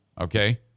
okay